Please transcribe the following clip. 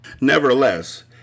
Nevertheless